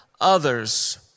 others